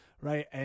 right